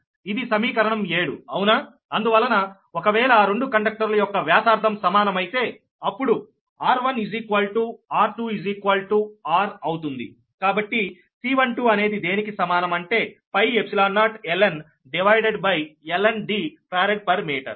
ఇది సమీకరణం 7 అవునా అందువలన ఒకవేళ ఆ రెండు కండక్టర్లు యొక్క వ్యాసార్థం సమానమైతే అప్పుడు r1r2r అవుతుంది కాబట్టి C12అనేది దేనికి సమానం అంటే ln πϵ0 divided by ln D farad per metre